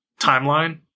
timeline